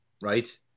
right